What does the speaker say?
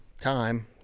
time